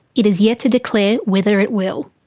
it has yet to declare whether it will.